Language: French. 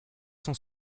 cent